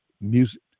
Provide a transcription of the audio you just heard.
music